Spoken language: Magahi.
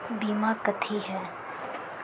बीमा कथी है?